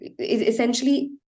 essentially